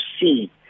see